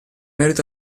merito